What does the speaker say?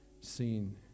seen